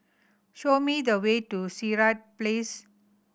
show me the way to Sirat Place